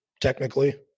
technically